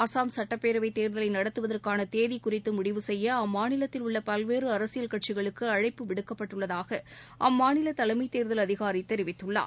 அசாம் சட்டப் பேரவைத் தேர்தலை நடத்துவதற்கான தேதி குறித்து முடிவு செய்ய அம்மாநிலத்தில் உள்ள பல்வேறு அரசியல் கட்சிகளுக்கு அழைப்பு விடுக்கப்பட்டள்ளதாக அம்மாநிலத் தலைமைத் தேர்தல் அதிகாரி தெரிவித்துள்ளார்